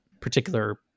particular